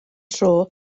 tro